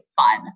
fun